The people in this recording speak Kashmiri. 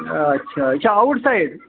اَچھا اَچھا یہِ چھا آوُٹ سایِڈ